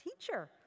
teacher